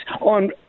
on